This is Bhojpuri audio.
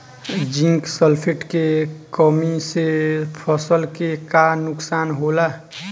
जिंक सल्फेट के कमी से फसल के का नुकसान होला?